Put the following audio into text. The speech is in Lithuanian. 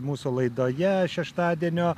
mūsų laidoje šeštadienio